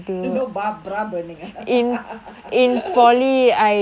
know bar bra burning ah